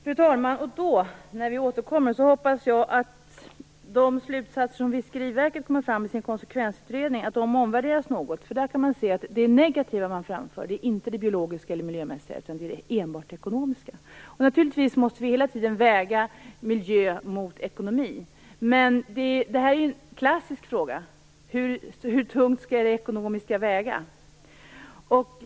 Fru talman! När vi återkommer hoppas jag att de slutsatser som Fiskeriverket kommit fram till i sin konsekvensutredning omvärderas något, för där kan man se att det negativa man framför inte är det biologiska eller miljömässiga utan det är enbart det ekonomiska. Naturligtvis måste vi hela tiden väga miljö mot ekonomi, men det här är en klassisk fråga: Hur tungt skall det ekonomiska väga?